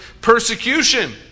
persecution